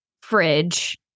fridge